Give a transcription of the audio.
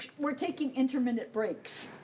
we're taking intermittent breaks,